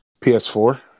PS4